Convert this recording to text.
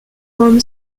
form